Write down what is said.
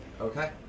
Okay